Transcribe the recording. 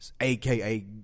AKA